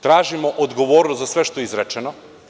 Tražimo odgovornost za sve što je izrečeno.